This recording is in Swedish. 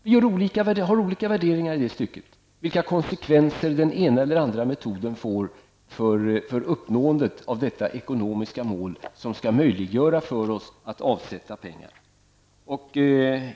Vi har olika värderingar vad gäller vilka konsekvenser den ena eller andra metoden får för uppnåendet av detta ekonomiska mål, vilket skall möjliggöra för oss att avsätta pengar.